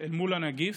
מול הנגיף,